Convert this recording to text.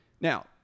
Now